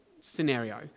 scenario